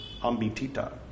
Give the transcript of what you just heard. Ambitita